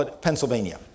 Pennsylvania